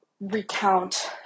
recount